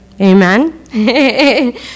Amen